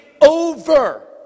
over